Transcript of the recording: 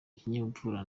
kinyabupfura